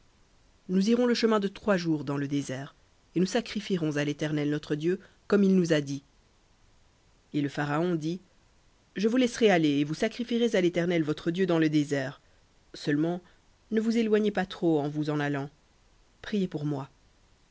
nous irons le chemin de trois jours dans le désert et nous sacrifierons à l'éternel notre dieu comme il nous a dit et le pharaon dit je vous laisserai aller et vous sacrifierez à l'éternel votre dieu dans le désert seulement ne vous éloignez pas trop en vous en allant priez pour moi